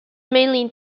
mainly